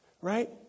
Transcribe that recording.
right